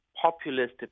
Populist